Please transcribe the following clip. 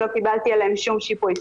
שלא קיבלתי עליהן שום שיפוי.